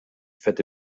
fette